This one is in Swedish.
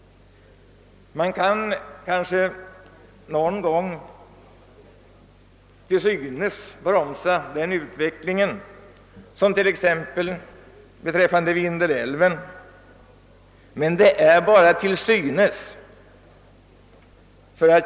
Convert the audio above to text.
Man kan måhända någon gång till synes bromsa denna utveckling, som t.ex. beträffande Vindelälven, men det är bara till synes.